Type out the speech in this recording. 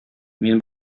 мин